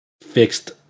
fixed